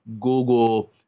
Google